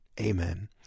amen